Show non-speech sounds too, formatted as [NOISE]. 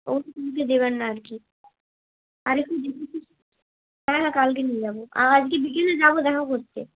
ওগুলো কাউকে দেবেন না আর কি আর একটু [UNINTELLIGIBLE] হ্যাঁ হ্যাঁ কালকে নিয়ে যাব আজকে বিকেলে যাব দেখা করতে